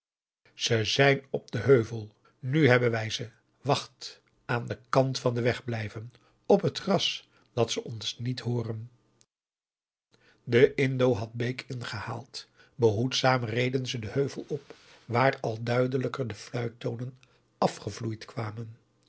ze zijn op den heuvel nu augusta de wit orpheus in de dessa hebben wij ze wacht aan den kant van den weg blijven op het gras dat ze ons niet hooren de indo had bake ingehaald behoedzaam reden ze den heuvel op waar al duidelijker de fluite tonen afgevloeid kwamen